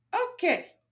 Okay